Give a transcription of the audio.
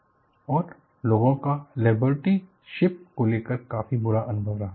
discussion on liberty ship failure और लोगों का लिबर्टी शिप्स को लेकर काफी बुरा अनुभव रहा